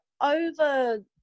Over